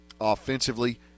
Offensively